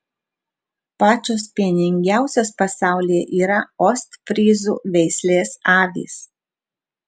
pačios pieningiausios pasaulyje yra ostfryzų veislės avys